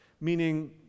Meaning